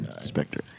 Spectre